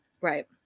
Right